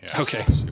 Okay